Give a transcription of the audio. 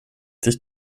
sich